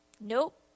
Nope